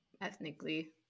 ethnically